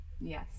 yes